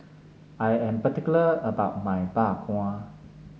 I am particular about my Bak Kwa